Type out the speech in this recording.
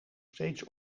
steeds